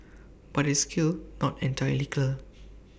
but it's still not entirely clear